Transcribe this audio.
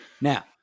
Now